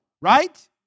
right